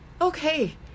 okay